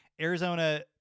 Arizona